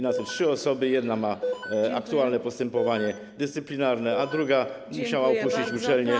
Na te trzy osoby jedna ma aktualne postępowanie dyscyplinarne, a druga musiała opuścić uczelnię.